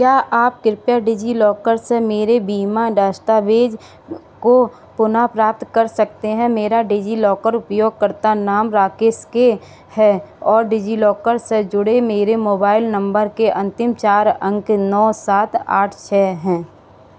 क्या आप कृपया डिजिलॉकर से मेरे बीमा दस्तावेज़ को पुनः प्राप्त कर सकते हैं मेरा डिजिलॉकर उपयोगकर्ता नाम राकेश के है और डिजिलॉकर से जुड़े मेरे मोबाइल नंबर के अंतिम चार अंक नौ सात आठ छः हैं